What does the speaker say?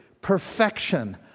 perfection